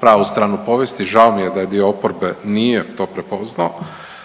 pravu stranu povijesti. Žao mi je da dio oporbe nije to prepoznao,